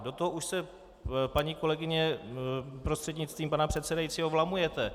Do toho už se, paní kolegyně prostřednictvím pana předsedajícího, vlamujete.